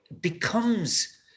becomes